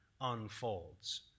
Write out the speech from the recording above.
unfolds